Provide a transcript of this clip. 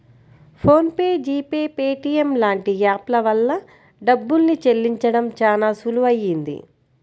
phone pay, G pay, Paytm లాంటి app ల వల్ల డబ్బుల్ని చెల్లించడం చానా సులువయ్యింది